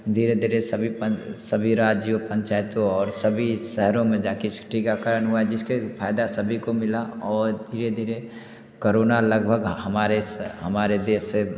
धीरे धीरे सभी सभी राज्यों पंचायतो और सभी शहरों में जा के टीकाकरण हुआ जिसके फायदा सभी को मिला और ये धीरे करोना लगभग हमारे हमारे देश से